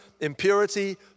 impurity